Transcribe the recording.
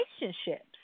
relationships